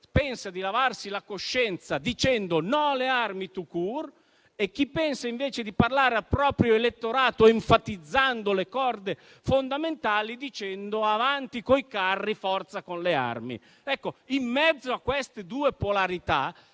pensa di lavarsi la coscienza dicendo no alle armi tout court e chi pensa invece di parlare al proprio elettorato, enfatizzando le corde fondamentali, dicendo avanti coi carri e forza con le armi. In mezzo a queste due polarità